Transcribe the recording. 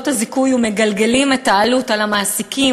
הזיכוי ומגלגלים את העלות על המעסיקים,